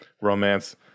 romance